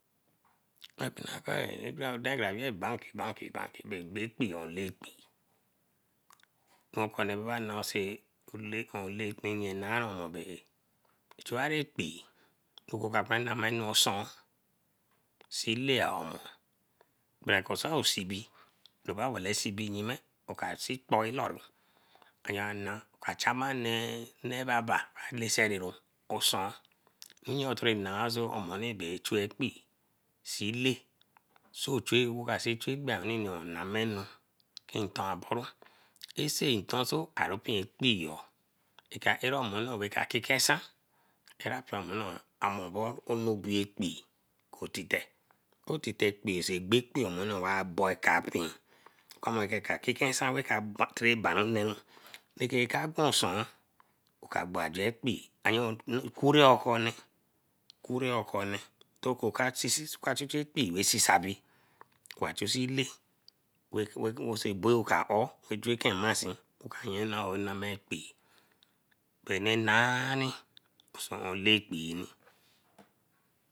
Abinaka toro dan kara weeh banky banky banky bae egben ekpee or le ekpee? okone bae nasay nyen naru onno bae ehye. Chuara ekpee ra oka ka chu nmay nu osun see laya omo berekor aoou sibi, oba wale sibe yime, oka si kpoi loru oka chama nee abah osun nere otori nah omo bae chuey ekpee si lay, so chuey ewo ka si chuey ekpee yon namenu nton aboru. Nsiton so aru pee ekpeeyo, eka ara omoni raka kikesan amobor ekpee kotite. So tete ekpee sa egbe ekpee wa bo wa kapin owa mor ka keke nsan ra ka tere banru neru raka quan gwan osun oka gbo ajo ekpee kori okone, oka chu chu ekpee wey see abi, wa chu see lay, weson aboyo ka oou wey juenke masan oka yan anu ra nama ekpee, bae sai nari osun lay kpee.